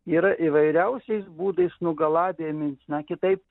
yra įvairiausiais būdais nugalabijami na kitaip